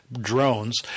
drones